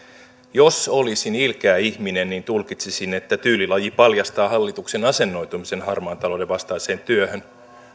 jos olisin ilkeä ihminen niin tulkitsisin että tyylilaji paljastaa hallituksen asennoitumisen harmaan talouden vastaiseen työhön